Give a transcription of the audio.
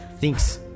Thanks